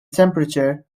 temperature